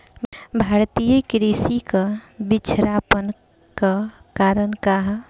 भारतीय कृषि क पिछड़ापन क कारण का ह?